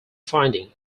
finding